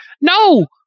no